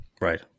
Right